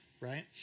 right